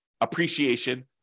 appreciation